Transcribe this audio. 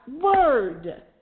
word